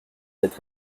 cette